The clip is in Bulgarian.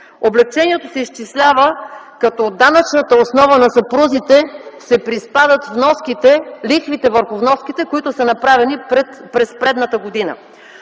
Облекчението се изчислява, като от данъчната основа на съпрузите се приспадат лихвите върху вноските, които са направени през предходната година.